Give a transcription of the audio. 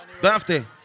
Birthday